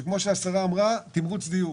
תמרוץ דיור,